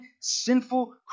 sinful